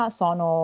sono